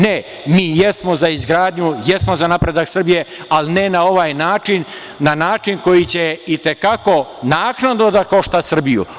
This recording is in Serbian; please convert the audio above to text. Ne, mi jesmo za izgradnju, jesmo za napredak Srbije, ali ne na ovaj način, na način koji će i te kako naknadno da košta Srbiju.